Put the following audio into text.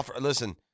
Listen